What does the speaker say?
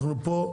אנחנו פה,